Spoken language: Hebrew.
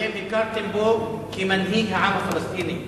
הכרתם בו כמנהיג העם הפלסטיני.